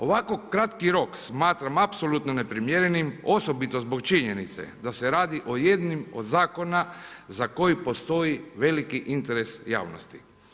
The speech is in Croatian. Ovako kratki rok smatram apsolutno neprimjerenim, osobito zbog činjenice da se radi o jednim od zakona za koji postoji veliki interes javnosti.